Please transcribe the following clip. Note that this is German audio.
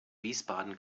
wiesbaden